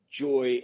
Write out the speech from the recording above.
joy